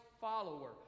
follower